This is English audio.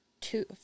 two